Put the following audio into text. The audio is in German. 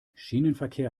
schienenverkehr